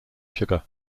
sugar